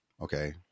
okay